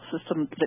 system